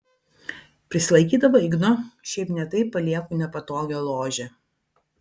prisilaikydama igno šiaip ne taip palieku nepatogią ložę